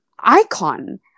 icon